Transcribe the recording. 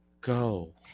go